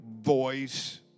voice